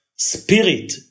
Spirit